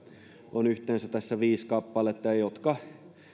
on tässä yhteensä viisi kappaletta ja jotka